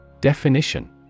Definition